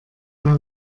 mehr